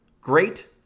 great